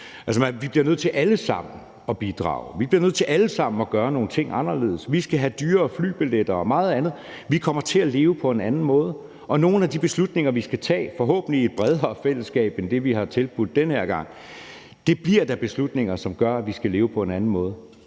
vi bliver nødt til alle sammen at bidrage; vi bliver nødt til alle sammen at gøre nogle ting anderledes. Vi skal have dyrere flybilletter og meget andet. Vi kommer til at leve på en anden måde. Og nogle af de beslutninger, vi skal tage – forhåbentlig i et bredere fællesskab end det, vi har tilbudt den her gang – bliver da beslutninger, som gør, at vi skal leve på en anden måde,